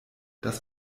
das